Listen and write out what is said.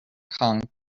kong